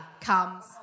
Comes